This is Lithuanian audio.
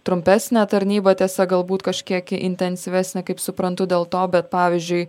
trumpesnę tarnybą tiesa galbūt kažkiek intensyvesnę kaip suprantu dėl to bet pavyzdžiui